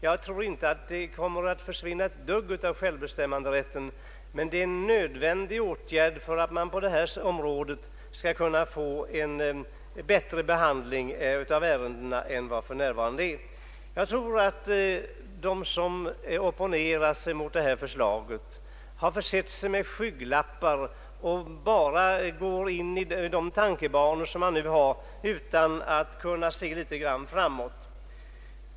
Jag tror inte att ett dugg av självbestämmanderätten kommer att försvinna, men åtgärden är nödvändig för att man på detta område skall kunna få en rationellare behandling av ärendena än fallet är för närvarande. De som opponerat mot detta förslag har försett sig med skygglappar och fortsätter i gamla tankebanor utan att se litet grand framåt.